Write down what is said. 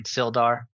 Sildar